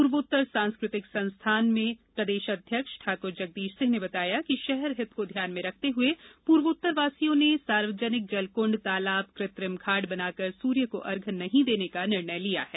पूर्वोत्तर सांस्कृतिक संस्थान के प्रदेश अध्यक्ष ठाकुर जगदीश सिंह ने बताया कि शहर हित को ध्यान में रखते हुए पूर्वोत्तर वासियों ने सार्वजनिक जलकृंड तालाब कृत्रिम घाट बनाकर सूर्य को अर्घ्य नहीं देने का निर्णय लिया है